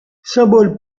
symboles